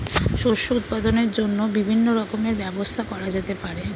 শস্য উৎপাদনের জন্য বিভিন্ন রকমের ব্যবস্থা করা যেতে পারে